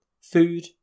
food